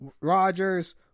Rodgers